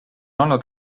olnud